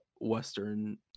western